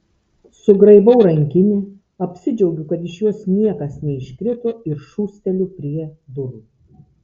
sugraibau rankinę apsidžiaugiu kad iš jos niekas neiškrito ir šūsteliu prie durų